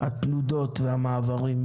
התנודות והמעברים.